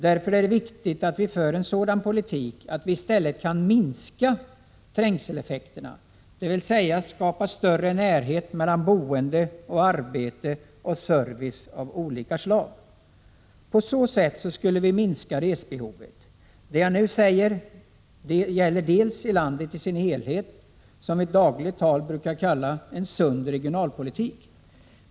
Därför är det viktigt att vi för en sådan politik att vi i stället kan minska trängseleffekterna, dvs. skapa större närhet mellan boende, arbete och service av olika slag. På så sätt skulle vi minska resbehovet. Det jag nu säger gäller landet som helhet och är vad vi i dagligt tal brukar kalla en sund regionalpolitik.